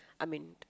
I mean